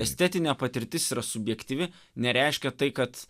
estetinė patirtis yra subjektyvi nereiškia tai kad